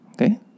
Okay